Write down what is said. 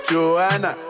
Joanna